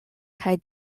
kaj